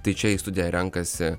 tai čia į studiją renkasi